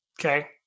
Okay